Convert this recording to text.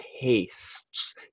tastes